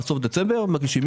עד סוף דצמבר מגישים,